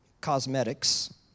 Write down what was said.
cosmetics